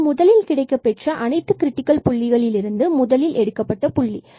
இது முதலில் கிடைக்கப் பெற்ற அனைத்து கிரிடிக்கல் புள்ளிகளில் இருந்து முதலில் எடுக்கப்பட்ட புள்ளி